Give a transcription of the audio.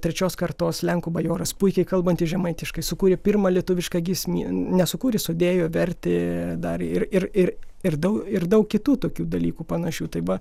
trečios kartos lenkų bajoras puikiai kalbantis žemaitiškai sukūrė pirmą lietuvišką giesmyn nesukūrė sudėjo vertė dar ir ir ir ir dau ir daug kitų tokių dalykų panašių tai va